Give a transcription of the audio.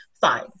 Fine